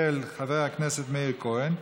של חבר הכנסת מאיר כהן.